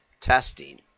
testing